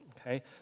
okay